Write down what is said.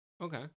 Okay